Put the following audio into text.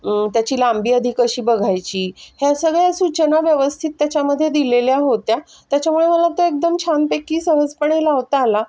त्याची लांबी आधी कशी बघायची ह्या सगळ्या सूचना व्यवस्थित त्याच्यामध्ये दिलेल्या होत्या त्याच्यामुळे मला तो एकदम छानपैकी सहजपणे लावता आला